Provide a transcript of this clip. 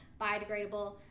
biodegradable